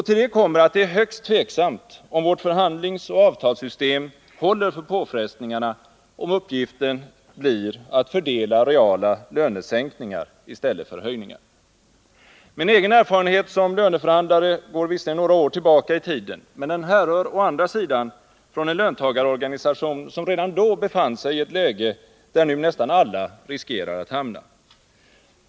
Till detta kommer att det är högst tveksamt om vårt förhandlingsoch avtalssystem håller för påfrestningarna, om uppgiften blir att fördela reala lönesänkningar i stället för höjningar. Min egen erfarenhet som löneförhandlare går visserligen några år tillbaka i tiden, men den härrör å andra sidan från en löntagarorganisation, som redan då befann sig i ett läge, där nu nästan alla riskerar att hamna.